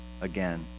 again